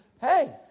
hey